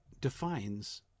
defines